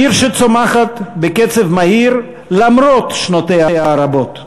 עיר שצומחת בקצב מהיר למרות שנותיה הרבות.